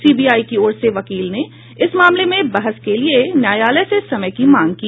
CBI की ओर से वकील ने इस मामले में बहस के लिए न्यायालय से समय की मांग की